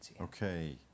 Okay